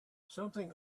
something